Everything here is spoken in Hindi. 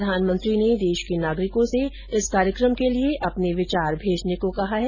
प्रधानमंत्री ने देश के नागरिकों से इस कार्यक्रम के लिये अपने विचार भेजने को कहा है